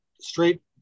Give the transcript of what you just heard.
straight